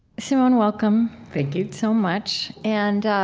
simone, welcome thank you so much. and